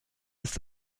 ist